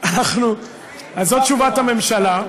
זאת תשובת הממשלה,